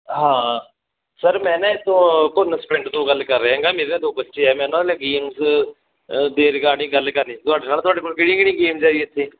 ਹਾਂ ਸਰ ਮੈਂ ਨਾ ਇੱਥੋਂ ਤੋਂ ਗੱਲ ਕਰ ਰਿਹਾ ਹੈਗਾ ਮੇਰੇ ਨਾ ਦੋ ਬੱਚੇ ਆ ਮੈਂ ਨਾ ਉਹਦੇ ਲਈ ਗੇਮਜ ਦੇ ਰਿਗਾਰਡਿੰਗ ਗੱਲ ਕਰਨੀ ਸੀ ਤੁਹਾਡੇ ਨਾਲ ਤੁਹਾਡੇ ਕੋਲ ਕਿਹੜੀਆਂ ਕਿਹੜੀਆਂ ਗੇਮਜ ਹੈਗੀ ਇੱਥੇ